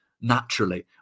naturally